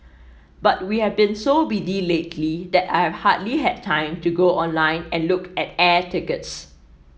but we have been so busy lately that I have hardly had time to go online and look at air tickets